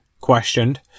questioned